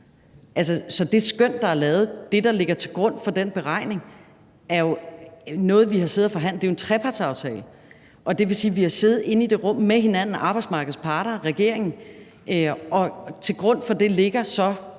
det skøn, der er lavet, og det, der ligger til grund for den beregning, er jo noget, vi har siddet og forhandlet om. Det er jo en trepartsaftale, og det vil sige, at vi har siddet inde i det rum med hinanden, arbejdsmarkedets parter og regeringen, og til grund for det ligger så